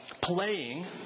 Playing